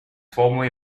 formerly